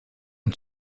und